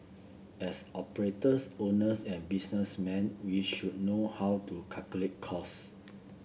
as operators owners and businessmen we should know how to calculate cost